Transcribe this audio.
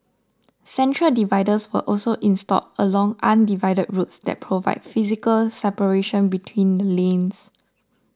centre dividers were also installed along undivided roads that provide physical separation between the lanes